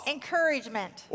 Encouragement